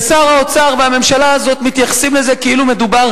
ושר האוצר והממשלה הזאת מתייחסים לזה כאילו מדובר